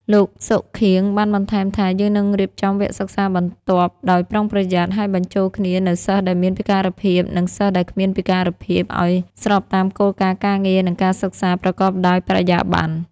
លោក សុខៀង បានបន្ថែមថា “យើងនឹងរៀបចំវគ្គសិក្សាបន្ទាប់ដោយប្រុងប្រយ័ត្ន ហើយបញ្ចូលគ្នានូវសិស្សដែលមានពិការភាពនិងសិស្សដែលគ្មានពិការភាពឱ្យស្របតាមគោលការណ៍ការងារនិងការសិក្សាប្រកបដោយបរិយាប័ន្ន។